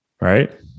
Right